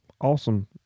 awesome